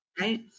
right